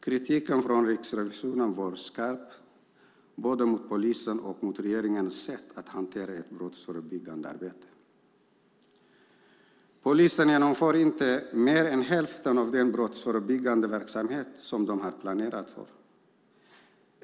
Kritiken från Riksrevisionen var skarp mot både polisens och regeringens sätt att hantera det brottsförebyggande arbetet. Polisen genomför inte mer än hälften av den brottsförebyggande verksamhet de har planerat för.